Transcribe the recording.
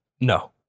No